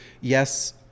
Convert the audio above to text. yes